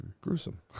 gruesome